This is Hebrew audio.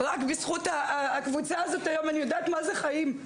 רק בזכות הקבוצה הזאת היום אני יודעת מה זה חיים.